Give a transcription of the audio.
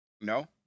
no